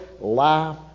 life